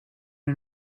and